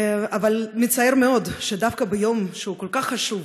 אבל מצער מאוד שדווקא ביום כל כך חשוב,